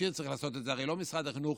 הרי לא משרד החינוך